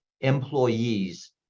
employees